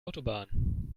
autobahn